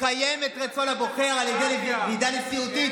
לקיים את רצון הבוחר על ידי ועידה נשיאותית,